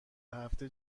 هفته